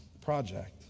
project